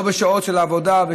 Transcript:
לא בשעות של עבודה,